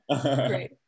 great